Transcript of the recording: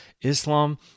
Islam